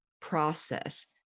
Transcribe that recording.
process